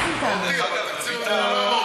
חוק ההסדרים לא היה מהותי לכם.